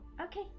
Okay